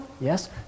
yes